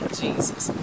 jesus